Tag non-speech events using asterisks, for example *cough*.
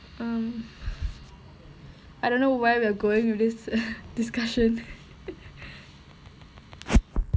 um I don't know where we're going with this discussion *laughs*